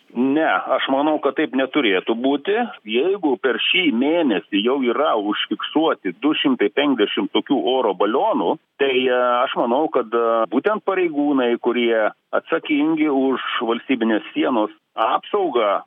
ne aš manau kad taip neturėtų būti jeigu per šį mėnesį jau yra užfiksuoti du šimtai penkiasdešim tokių oro balionų tai aš manau kad būtent pareigūnai kurie atsakingi už valstybinės sienos apsaugą